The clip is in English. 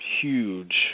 huge